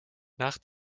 nach